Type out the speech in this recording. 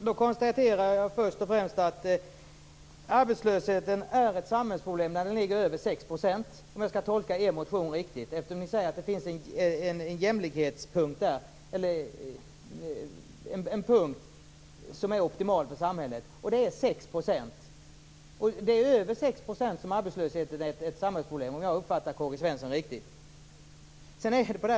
Herr talman! Arbetslösheten är ett samhällsproblem när den ligger över 6 %, om jag skall tolka er motion riktigt. Ni säger att det är den punkten som är optimal för samhället. Om jag uppfattade K-G Svenson riktigt är arbetslösheten ett samhällsproblem när den ligger över 6 %.